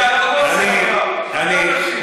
יודע יותר מכולם, אני מתנצל.